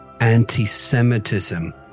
anti-Semitism